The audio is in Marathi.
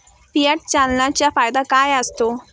फियाट चलनाचा फायदा काय असतो?